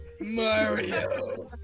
Mario